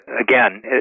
again